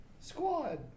squad